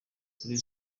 kuri